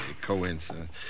coincidence